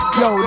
yo